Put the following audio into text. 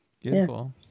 Beautiful